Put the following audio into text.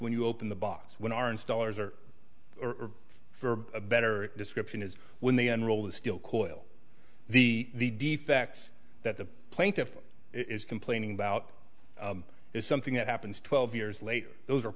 when you open the box when our installers are or for a better description is when they enroll the still coil the defects that the plaintiff is complaining about is something that happens twelve years later those are